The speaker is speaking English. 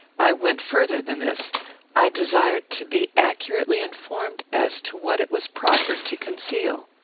i went further than this i desired to be accurately informed as to what it was proper to conceal.